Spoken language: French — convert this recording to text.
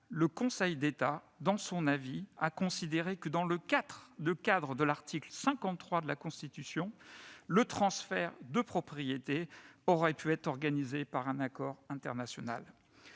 Le Conseil d'État, dans son avis, a considéré que, dans le cadre de l'article 53 de la Constitution, le transfert de propriété aurait pu être organisé par un accord international.